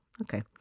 okay